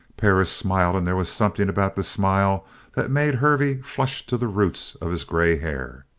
perris smiled, and there was something about the smile that made hervey flush to the roots of his grey hair.